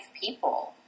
people